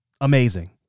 Amazing